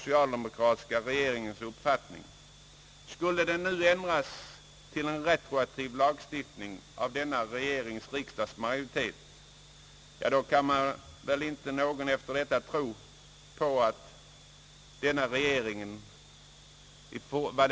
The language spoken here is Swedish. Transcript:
cialdemokratiska regeringens uppfattning — nu ändras till en retroaktiv lagstiftning av denna riksdags majoritet, kan väl inte någon efter detta tro på förslag som denna regering i fortsättningen framlägger.